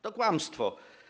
To kłamstwo.